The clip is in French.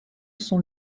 sont